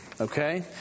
Okay